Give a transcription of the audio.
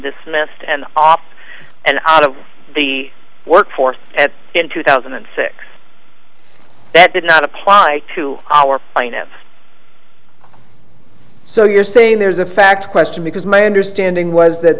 dismissed and ops and out of the workforce in two thousand and six that did not apply to our finance so you're saying there's a fact question because my understanding was that